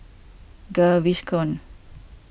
Gaviscon